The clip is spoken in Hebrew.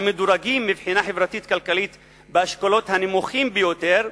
המדורגים מבחינה חברתית-כלכלית באשכולות הנמוכים ביותר,